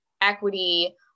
equity